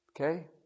Okay